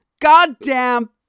goddamn